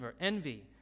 envy